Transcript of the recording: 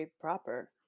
proper